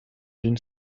d’une